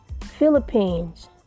Philippines